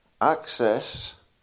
access